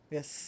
Yes